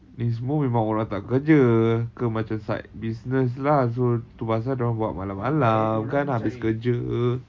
ni semua memang orang tak kerja ke macam side business lah so tu pasal dia orang buat malam-malam kan habis kerja